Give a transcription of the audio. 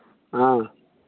ஆ